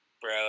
bro